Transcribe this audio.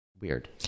weird